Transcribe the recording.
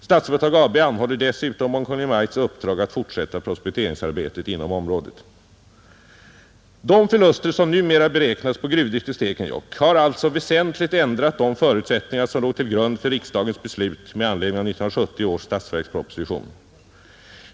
Statsföretag AB anhåller dessutom om Kungl. Maj:ts uppdrag att fortsätta prospekteringsarbetet i området. De förluster som numera beräknats på gruvdrift i Stekenjokk har alltså väsentligt ändrat de förutsättningar som låg till grund för riksdagens beslut med anledning av 1970 års statsverksproposition.